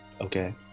Okay